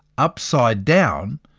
upside down,